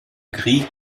krieg